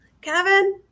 kevin